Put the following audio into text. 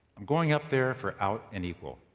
i'm going up there for out and equal.